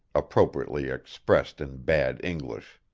appropriately expressed in bad english.